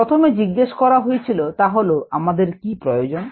প্রথমে জিজ্ঞেস করা হয়েছিল তা হলো আমাদের কি প্রয়োজন